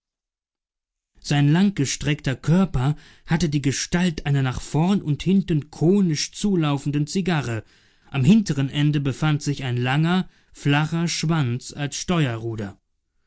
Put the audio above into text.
sein langgestreckter körper hatte die gestalt einer nach vorn und hinten konisch zulaufenden zigarre am hinteren ende befand sich ein langer flacher schwanz als steuerruder